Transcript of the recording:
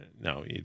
No